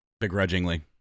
begrudgingly